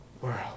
world